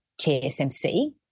TSMC